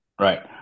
right